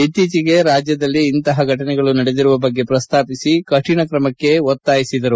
ಇತ್ತೀಚೆಗೆ ರಾಜ್ಯದಲ್ಲಿ ಇಂತಪ ಘಟನೆಗಳು ನಡೆದಿರುವ ಬಗ್ಗೆ ಪ್ರಸ್ತಾಪಿಸಿ ಕೌಣ ಕ್ರಮಕ್ಷೆ ಆಗ್ರಹಿಸಿದರು